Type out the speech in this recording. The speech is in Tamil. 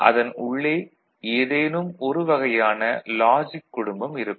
அதன் உள்ளே ஏதேனும் ஒரு வகையான லாஜிக் குடும்பம் இருக்கும்